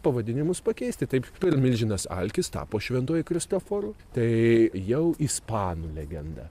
pavadinimus pakeisti taip ir milžinas alkis tapo šventuoju kristoforu tai jau ispanų legenda